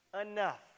enough